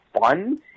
fun